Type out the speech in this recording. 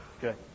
good